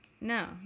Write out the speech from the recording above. No